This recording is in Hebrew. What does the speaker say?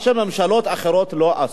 מה שממשלות אחרות לא עשו.